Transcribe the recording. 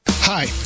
Hi